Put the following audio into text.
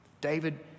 David